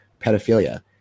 pedophilia